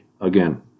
Again